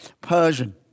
Persian